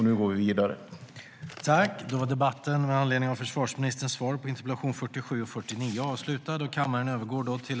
Nu går vi vidare.